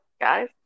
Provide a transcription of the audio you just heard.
guys